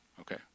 okay